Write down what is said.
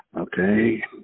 Okay